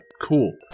cool